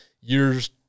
years